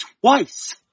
twice